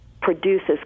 produces